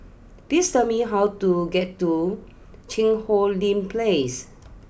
please tell me how to get to Cheang Hong Lim place